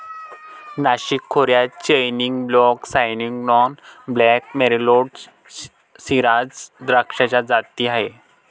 नाशिक खोऱ्यात chenin blanc, sauvignon blanc, merlot, shiraz द्राक्षाच्या जाती आहेत